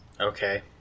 Okay